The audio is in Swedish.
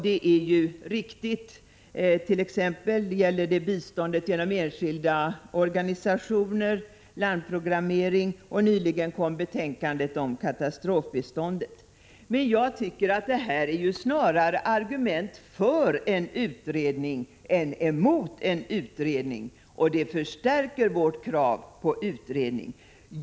Detta är riktigt. Det gäller t.ex. biståndet genom enskilda organisationer och landprogrammering. Nyligen kom också betänkandet om katastrofbiståndet. Jag tycker att detta snarare är argument för än emot en utredning. Det förstärker vårt krav på en utredning.